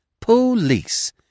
Police